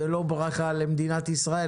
ולא ברכה למדינת ישראל,